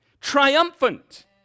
triumphant